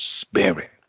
spirit